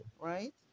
right